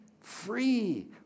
free